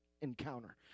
encounter